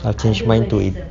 I change mine to ei~